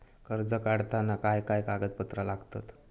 कर्ज काढताना काय काय कागदपत्रा लागतत?